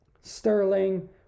Sterling